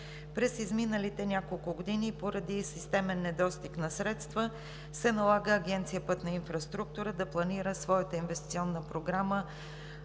През изминалите няколко години, поради системен недостиг на средства, се налага Агенция „Пътна инфраструктура“ да планира внимателно своята инвестиционна програма